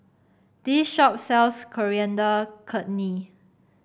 this shop sells Coriander Chutney